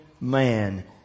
man